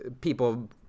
People